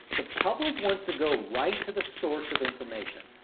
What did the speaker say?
the public wants to go right to the source of information,